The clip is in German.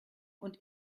und